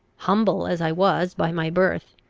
humble as i was by my birth,